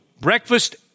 breakfast